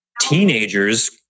Teenagers